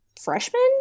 freshman